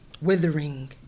withering